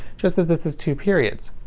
just as this is two periods.